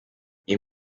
iyi